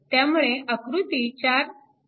त्यामुळे आकृती 4